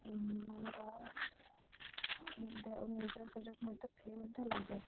ଆମର ନିଜ ସୁଯୋଗ ମଧ୍ୟ ଫ୍ରି ମଧ୍ୟ ଲାଗେ